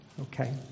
Okay